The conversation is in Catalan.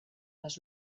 les